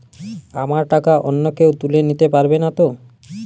আমার টাকা অন্য কেউ তুলে নিতে পারবে নাতো?